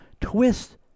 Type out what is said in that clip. twist